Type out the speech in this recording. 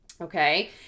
Okay